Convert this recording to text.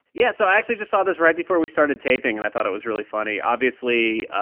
yeah, so i actually just saw this right before we started taping, and i thought it was really funny. obviously,